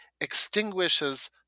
extinguishes